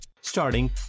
Starting